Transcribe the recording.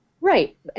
Right